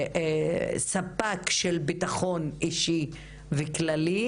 וספקית של ביטחון אישי וכללי,